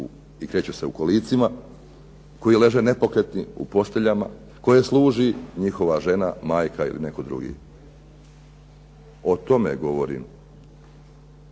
i kreću se u kolicima, koji leže nepokretni u posteljama, koje služi njihova žena, majka ili netko drugi. O tome govorim.